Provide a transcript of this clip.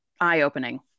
eye-opening